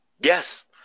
Yes